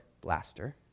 blaster